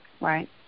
right